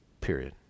period